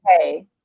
okay